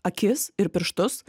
akis ir pirštus